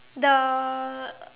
the